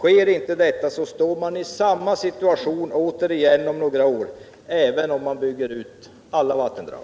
Om inte så sker står vi återigen i samma situation efter några år, även om man bygger ut alla vattendrag.